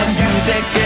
music